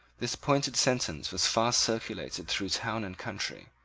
this pointed sentence was fast circulated through town and country,